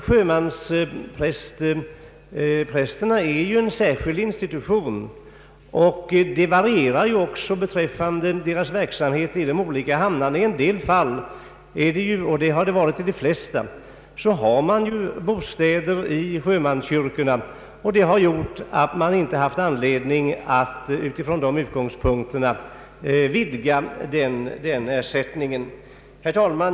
Sjömansprästerna är en särskild institution, och villkoren för deras verksamhet varierar i olika hamnar. I en del fall — inte de flesta — har de bostäder i sjömanskyrkorna. Från dessa utgångspunkter har det inte funnits anledning att vidga ersättningen. | Herr talman!